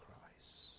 Christ